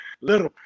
little